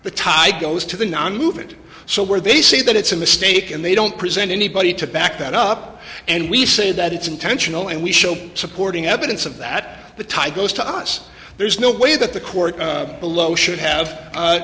the tie goes to the nonmoving so where they see that it's a mistake and they don't present anybody to back that up and we say that it's intentional and we show supporting evidence of that the tie goes to us there's no way that the court below should have